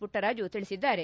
ಮಟ್ಟರಾಜು ತಿಳಿಸಿದ್ದಾರೆ